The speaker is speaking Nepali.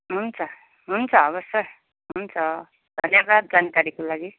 हुन्छ हुन्छ हवस् सर हुन्छ धन्यवाद जानकारीको लागि